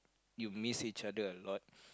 you miss each other a lot